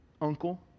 uncle